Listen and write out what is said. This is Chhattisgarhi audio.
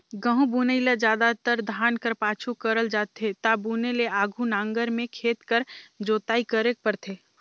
गहूँ बुनई ल जादातर धान कर पाछू करल जाथे ता बुने ले आघु नांगर में खेत कर जोताई करेक परथे